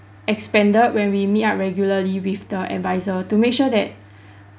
expanded when we meet up regularly with the adviser to make sure that